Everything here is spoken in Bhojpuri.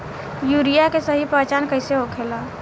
यूरिया के सही पहचान कईसे होखेला?